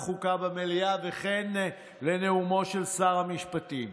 החוקה במליאה וכן לנאומו של שר המשפטים,